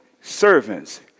servants